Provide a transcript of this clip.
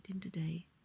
today